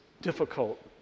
difficult